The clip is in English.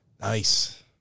Nice